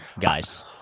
guys